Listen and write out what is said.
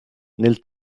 nel